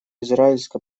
израильско